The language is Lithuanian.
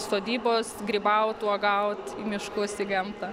sodybos grybaut uogaut į miškus į gamtą